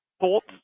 Thoughts